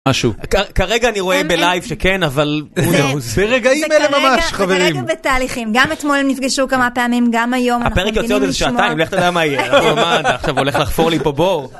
משהו כרגע אני רואה בלייב שכן אבל הוא.. ברגעים אלה ממש חברים. זה כרגע בתהליכים גם אתמול הם נפגשו כמה פעמים גם היום. הפרק יוצא עוד איזה שעתיים לך תדע מה יהיה עכשיו הוא הולך לחפור לי פה בור